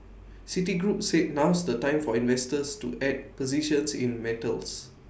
citigroup said now's the time for investors to add positions in metals